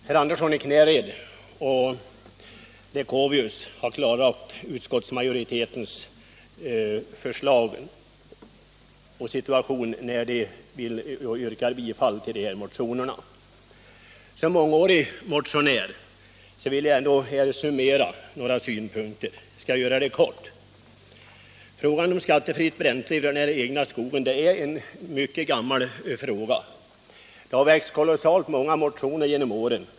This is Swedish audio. Herr talman! Herr Andersson i Knäred och herr Leuchovius har klargjort utskottsmajoritetens förslag och situation, och de har yrkat bifall till motionerna. Som motionär sedan många år vill jag ändå här summera några synpunkter. Jag skall fatta mig kort. Frågan om skattefritt bränsle ur egen skog är en mycket gammal fråga. Det har väckts kolossalt många motioner genom åren.